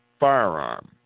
firearm